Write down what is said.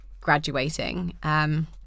graduating